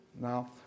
Now